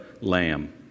lamb